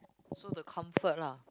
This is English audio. so the comfort lah